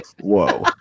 Whoa